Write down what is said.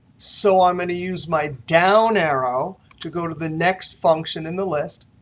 so i'm going to use my down arrow to go to the next function in the list.